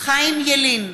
חיים ילין,